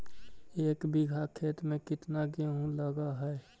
एक बिघा खेत में केतना गेहूं लग है?